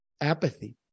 Apathy